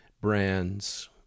brands